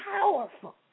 powerful